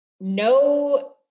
no